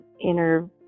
inner